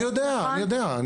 אני יודע, אני יודע.